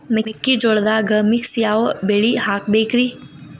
ಮೆಕ್ಕಿಜೋಳದಾಗಾ ಮಿಕ್ಸ್ ಯಾವ ಬೆಳಿ ಹಾಕಬೇಕ್ರಿ?